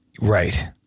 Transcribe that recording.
right